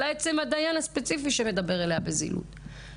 אלא בעצם הדיין הספציפי שמדבר אליה בזילות.